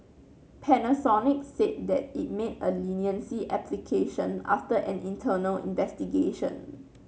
Panasonic said that it made a leniency application after an internal investigation